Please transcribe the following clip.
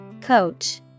Coach